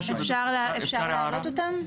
אפשר להעלות אותם?